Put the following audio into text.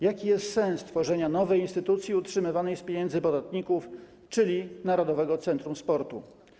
Jaki jest sens tworzenia nowej instytucji utrzymywanej z pieniędzy podatników, czyli Narodowego Centrum Sportu?